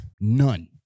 None